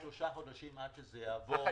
ייקח שלושה חודשים עד שזה יעבור.